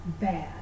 bad